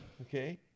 Okay